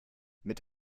mit